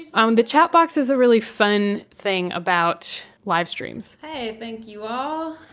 um the chat box is a really fun thing about live streams. hey, thank you all.